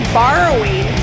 borrowing